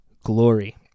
glory